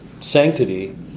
sanctity